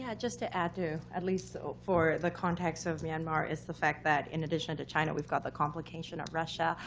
yeah just to add to, at least so for the context of myanmar, is the fact that in addition to china we've got the complication of russia.